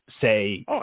say